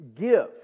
give